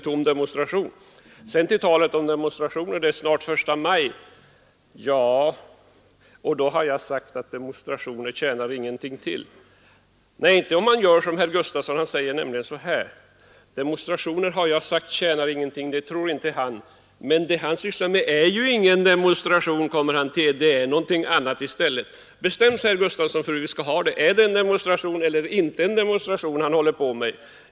Herr Gustafsson sade något om att det snart är I maj och att jag skulle ha sagt att demonstrationer inte tjänar någonting till. Nej, inte om man gör som herr Gustafsson. Det han sysslar med är ingen demonstration, säger herr Gustafsson, utan någonting annat. Jag tycker att herr Gustafsson skall bestämma sig för hur vi skall ha det. Är det han håller på med en demonstration eller inte?